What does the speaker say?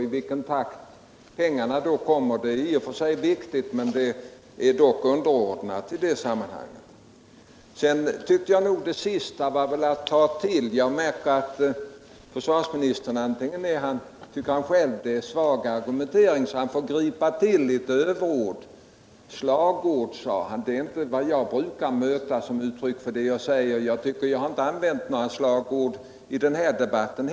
I vilken takt pengarna kommer fram är visserligen i och för sig viktigt, men det är dock i sammanhanget av underordnad betycelse. Sedan tycker jag att det sista försvarsministern sade var att ta till i överkant. Tydligen tycker försvarsministern att hans argumentering är svag, och därför griper han till överord. Jag brukar inte: använda slagord, och jag tycker inte heller att jag har gjort det i den här debatten.